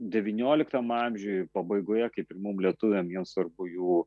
devynioliktam amžiuj pabaigoje kaip ir mum lietuviam jiems svarbu jų